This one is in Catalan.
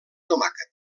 tomàquet